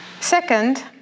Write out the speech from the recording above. Second